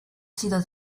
sido